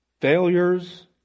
failures